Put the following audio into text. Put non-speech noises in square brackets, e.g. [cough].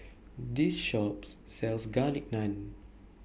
This Shop sells Garlic [noise] Naan